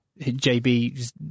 JB